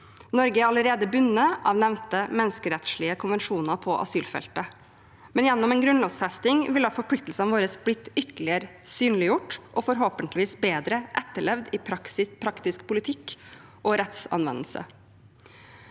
Norge er allerede bundet av nevnte menneskerettslige konvensjoner på asylfeltet. Men gjennom en grunnlovfesting ville forpliktelsene våre blitt ytterligere synliggjort og forhåpentligvis bedre etterlevd i praktisk politikk og rettsanvendelse.